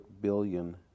billion